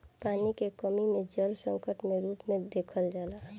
पानी के कमी के जल संकट के रूप में देखल जाला